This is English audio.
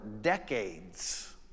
decades